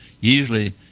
usually